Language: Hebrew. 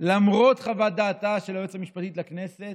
למרות חוות דעתה של היועצת המשפטית לכנסת,